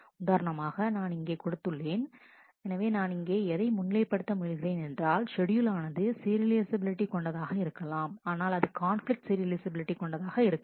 உதாரணமாக நான் இங்கே கொடுத்துள்ளேன் எனவே நான் இங்கே எதை முன்னிலைப்படுத்த முயல்கிறேன் என்றால் ஷெட்யூல் ஆனது சீரியலைஃசபிலிட்டி கொண்டதாக இருக்கலாம் ஆனால் அது கான்பிலிக்ட் சீரியலைஃசபிலிட்டி கொண்டதாக இருக்காது